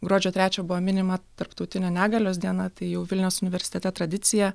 gruodžio trečią buvo minima tarptautinė negalios diena tai jau vilniaus universitete tradicija